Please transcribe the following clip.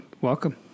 welcome